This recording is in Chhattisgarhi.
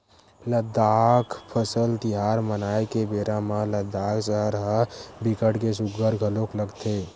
लद्दाख फसल तिहार मनाए के बेरा म लद्दाख सहर ह बिकट के सुग्घर घलोक लगथे